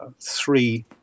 three